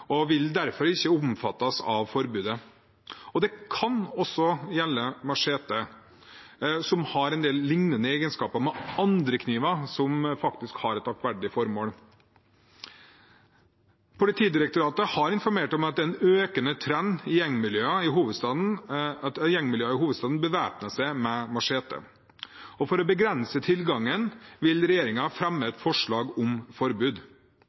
og vil derfor ikke omfattes av forbudet. Det kan også gjelde machete, som har en del lignende egenskaper med andre kniver som faktisk har et aktverdig formål. Politidirektoratet har informert om at det er en økende trend at gjengmiljøer i hovedstaden bevæpner seg med machete. For å begrense tilgangen vil regjeringen fremme et forslag om forbud.